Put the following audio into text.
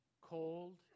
cold